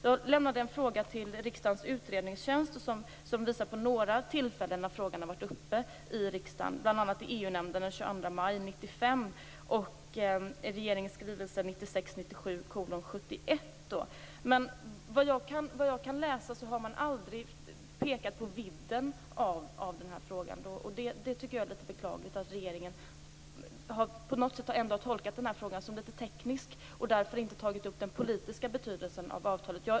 Jag har lämnat en fråga till Riksdagens utredningstjänst, som pekat på några tillfällen när frågan har varit uppe i riksdagen, bl.a. i EU-nämnden den Men såvitt jag kan utläsa har man aldrig pekat på den här frågans vidd. Jag tycker att det är beklagligt att regeringen har tolkat de här frågorna som litet tekniska och därför inte har tagit upp avtalets politiska betydelse.